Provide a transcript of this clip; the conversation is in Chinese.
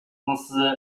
公司